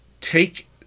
take